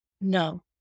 No